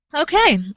Okay